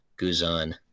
Guzan